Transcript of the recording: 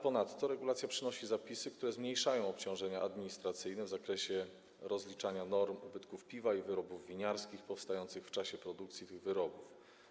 Ponadto regulacja przynosi zapisy, które zmniejszają obciążenia administracyjne w zakresie rozliczania norm ubytków piwa i wyrobów winiarskich powstających w czasie produkcji tych wyrobów.